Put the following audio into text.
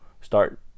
start